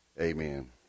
amen